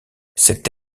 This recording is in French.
cette